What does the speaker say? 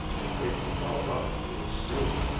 it breaks a fellow up to lose sleep.